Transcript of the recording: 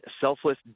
selfless